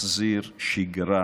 תחזיר שגרה